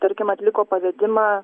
tarkim atliko pavedimą